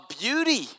beauty